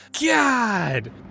God